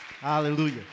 Hallelujah